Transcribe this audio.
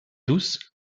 douce